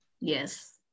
Yes